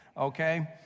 okay